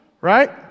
right